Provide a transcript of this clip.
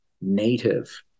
native